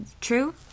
true